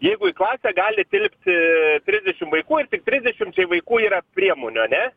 jeigu į klasę gali tilpti trisdešim vaikų ir trisdešimčiai vaikų yra priemonių